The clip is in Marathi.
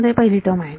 मध्ये पहिली टर्म आहे